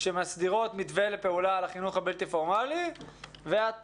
שמסדירות מתווה לפעולה לחינוך הבלתי פורמלי ואת